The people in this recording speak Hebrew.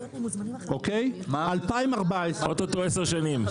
2014. אוטוטו עשר שנים,